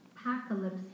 apocalypse